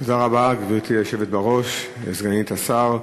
תודה רבה, גברתי היושבת בראש, סגנית השר,